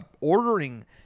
ordering